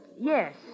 yes